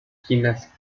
esquinas